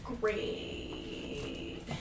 Great